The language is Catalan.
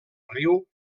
riu